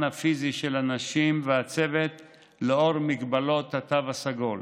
הפיזי של הנשים והצוות לנוכח מגבלות התו הסגול.